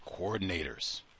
coordinators